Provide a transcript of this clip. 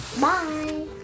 Bye